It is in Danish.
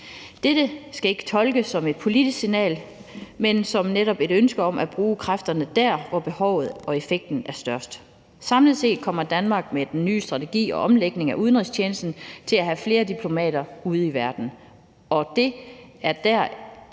Dette skal ikke tolkes som et politisk signal, men netop som et ønske om at bruge kræfterne der, hvor behovet og effekten er størst. Samlet set kommer Danmark med den nye strategi og omlægning af udenrigstjenesten til at have flere diplomater ude i verden, og det er der i den